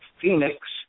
phoenix